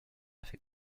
fait